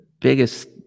biggest